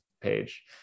page